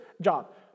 job